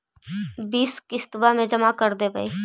बिस किस्तवा मे जमा कर देवै?